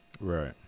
Right